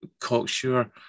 cocksure